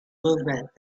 movement